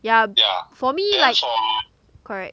yeah for me like correct